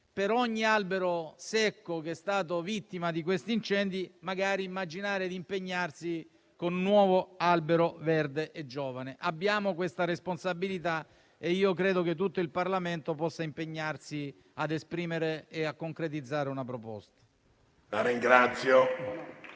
per ogni albero secco vittima degli incendi, di impegnarsi con un nuovo albero verde e giovane. Abbiamo questa responsabilità e credo che tutto il Parlamento possa impegnarsi ad esprimere e a concretizzare una relativa